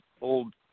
old